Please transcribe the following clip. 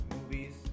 movies